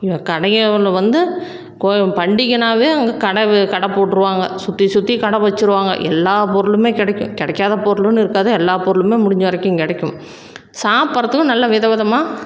இங்கே கடைங்க இவ்வளோ வந்து கோ பண்டிகைனாவே அங்கே கடை கடை போட்டிருவாங்க சுற்றி சுற்றி கடை வச்சிருவாங்க எல்லாப் பொருளுமே கிடைக்கும் கிடைக்காத பொருள்னு இருக்காது எல்லாப் பொருளுமே முடிந்த வரைக்கும் கிடைக்கும் சாப்பிட்றதுக்கும் நல்ல விதவிதமாக